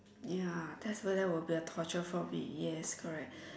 ya that's why it would a torture for me yes correct